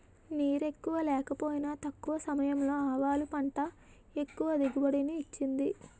నీరెక్కువ లేకపోయినా తక్కువ సమయంలో ఆవాలు పంట ఎక్కువ దిగుబడిని ఇచ్చింది